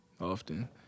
Often